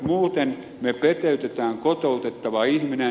muuten me peteytetään kotoutettava ihminen